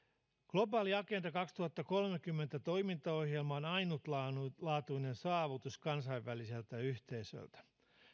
globaali agenda kaksituhattakolmekymmentä toimintaohjelma on ainutlaatuinen saavutus kansainväliseltä yhteisöltä